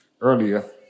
earlier